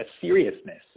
seriousness